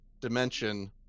dimension